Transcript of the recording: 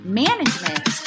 management